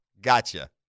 gotcha